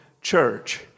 church